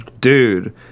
dude